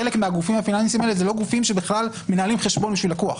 חלק מהגופים הפיננסיים האלה הם לא גופים שבכלל מנהלים חשבון בשביל לקוח.